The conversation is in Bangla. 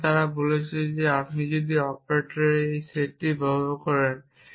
সুতরাং তারা বলছে আপনি যদি অপারেটরদের এই সেটটি ব্যবহার করেন